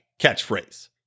catchphrase